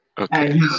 Okay